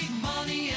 money